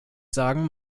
sagen